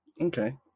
Okay